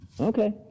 Okay